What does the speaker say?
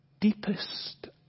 deepest